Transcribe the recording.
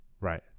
Right